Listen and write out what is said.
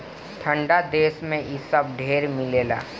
ठंडा देश मे इ सब ढेर मिलेला